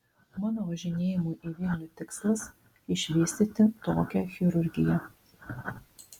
mano važinėjimų į vilnių tikslas išvystyti tokią chirurgiją